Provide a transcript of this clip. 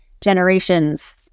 generations